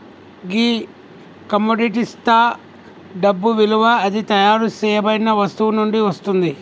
గీ కమొడిటిస్తా డబ్బు ఇలువ అది తయారు సేయబడిన వస్తువు నుండి వస్తుంది